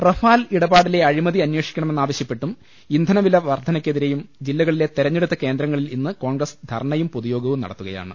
Rafale ഇടപാടിലെ അഴിമതി അന്വേഷിക്കണ മെന്നാവശ്യപ്പെട്ടും ഇന്ധനവില വർദ്ധനക്കെതിരെയും ജില്ലകളിലെ തെരഞ്ഞെടുത്ത കേന്ദ്രങ്ങളിൽ ഇന്ന് കോൺഗ്രസ് ധർണ്ണയും പൊതുയോഗവും നടത്തുകയാണ്